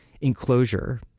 Enclosure